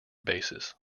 basis